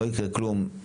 לא יקרה כלום.